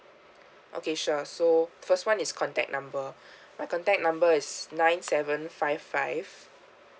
okay sure so first one is contact number my contact number is nine seven five five